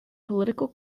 political